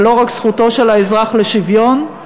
ולא רק זכותו של האזרח לשוויון,